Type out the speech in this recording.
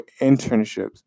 internships